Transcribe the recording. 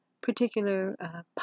particular